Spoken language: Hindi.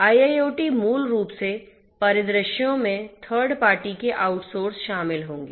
IIoT मूल रूप से परिदृश्यों मेंथर्ड पार्टी के आउटसोर्स शामिल होंगे